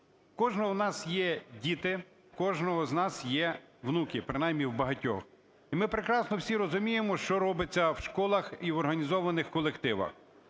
кожного в нас є діти, в кожного з нас є внуки, принаймні у багатьох, і ми прекрасно всі розуміємо що робиться в школах і в організованих колективах.